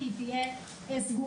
כי היא תהיה סגורה.